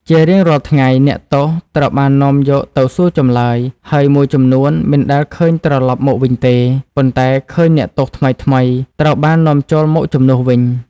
ជារៀងរាល់ថ្ងៃ អ្នកទោសត្រូវបាននាំយកទៅសួរចម្លើយ ហើយមួយចំនួនមិនដែលឃើញត្រឡប់មកវិញទេ ប៉ុន្តែឃើញ អ្នកទោសថ្មីៗ ត្រូវបាននាំចូលមកជំនួសវិញ។